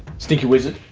sticky wizard,